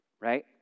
Right